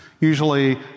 Usually